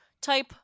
type